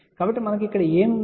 కాబట్టి మనకు ఇక్కడ ఏమి ఉంది